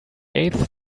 eighth